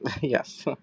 yes